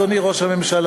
אדוני ראש הממשלה,